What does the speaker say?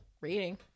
reading